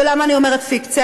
ולמה אני אומרת פיקציה?